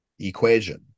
equation